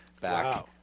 back